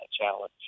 challenge